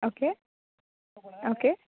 okay okay